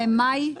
זה מאי?